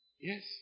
Yes